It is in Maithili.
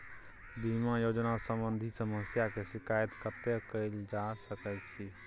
बीमा योजना सम्बंधित समस्या के शिकायत कत्ते कैल जा सकै छी?